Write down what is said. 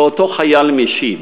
ואותו חייל משיב,